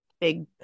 big